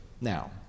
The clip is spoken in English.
Now